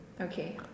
Okay